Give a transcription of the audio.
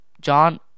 John